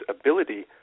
ability